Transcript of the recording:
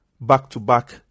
back-to-back